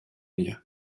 mir